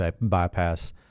bypass